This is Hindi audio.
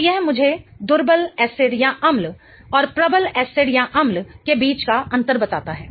तो यह मुझे दुर्बलएसिडअम्ल और प्रबल एसिडअम्ल के बीच का अंतर बताता है